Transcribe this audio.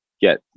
get